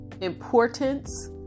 importance